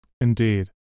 Indeed